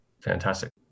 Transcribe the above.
Fantastic